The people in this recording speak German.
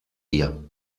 hier